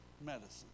medicine